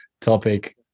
topic